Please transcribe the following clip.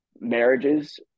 marriages